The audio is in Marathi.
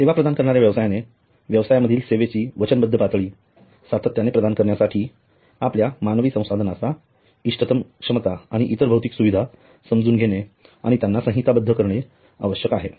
सेवा प्रदान करणाऱ्या व्यवसायाने व्यवसायामधील सेवेची वचनबद्ध पातळी सातत्याने प्रदान करण्यासाठी आपल्या मानवी संसाधनांची इष्टतम क्षमता आणि इतर भौतिक सुविधा समजून घेणे आणि त्यांना संहिताबद्ध करणे आवश्यक आहे